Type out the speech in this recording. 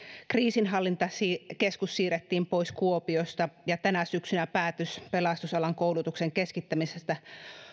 kriisinhallintakeskus siirrettiin pois kuopiosta ja tänä syksynä päätös pelastusalan koulutuksen keskittämisestä